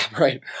right